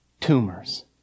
tumors